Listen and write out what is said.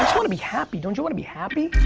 um wanna be happy, don't you wanna be happy?